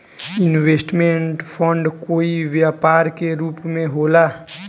investment fund कोई व्यापार के रूप में होला